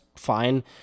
fine